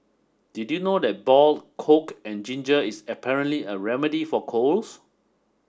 did you know that boiled coke and ginger is apparently a remedy for colds